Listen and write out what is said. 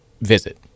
visit